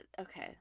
okay